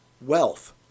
Wealth